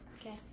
Okay